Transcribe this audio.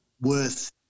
worth